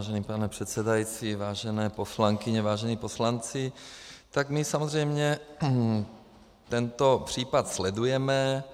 Vážený pane předsedající, vážené poslankyně, vážení poslanci, tak my samozřejmě tento případ sledujeme.